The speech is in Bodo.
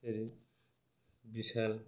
ओरै बिशाल